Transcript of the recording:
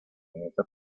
esta